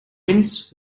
winds